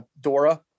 DORA